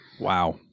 Wow